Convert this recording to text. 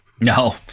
No